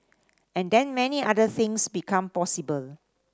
and then many other things become possible